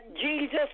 jesus